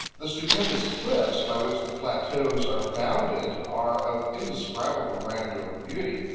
the stupendous cliffs by which the plateaus are bounded are of indescribable grandeur and beauty.